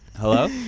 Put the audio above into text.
Hello